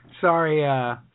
Sorry